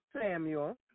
Samuel